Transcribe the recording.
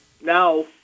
now